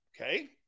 okay